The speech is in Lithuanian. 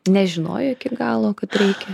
nežinojo iki galo kaip reikia